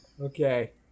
Okay